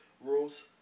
rules